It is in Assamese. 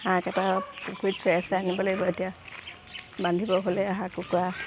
হাঁহকেইটা হৈ আছে আনিব লাগিব এতিয়া বান্ধিব হ'লেই হাঁহ কুকুৰা